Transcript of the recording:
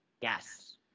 Yes